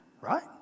Right